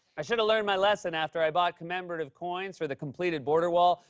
i should've learned my lesson after i bought commemorative coins for the completed border wall,